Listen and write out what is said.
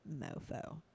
mofo